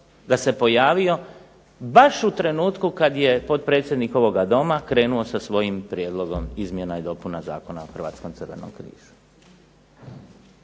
da se pojavio baš u trenutku kad je potpredsjednik ovoga Doma krenuo sa svojim prijedlogom izmjena i dopuna Zakona o Hrvatskom crvenom križu.